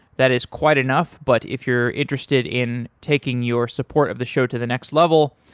that is quite enough, but if you're interested in taking your support of the show to the next level,